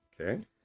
Okay